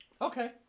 Okay